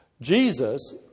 Jesus